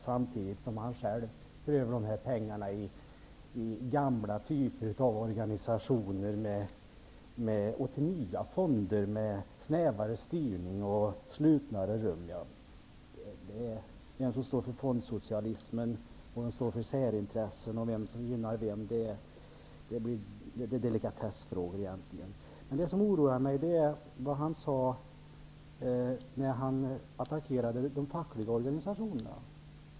Samtidigt för han själv över dessa pengar till gamla typer av organisationer och till nya fonder med snävare styrning och slutnare rum. Vem som står för fondsocialismen, vem som står för särintressen och vem som gynnar vem är egentligen delikatessfrågor. Vad som däremot oroade mig var vad Per Unckel sade när han attackerade de fackliga organisationerna.